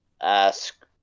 ask